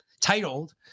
titled